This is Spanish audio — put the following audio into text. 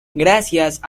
gracias